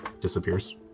disappears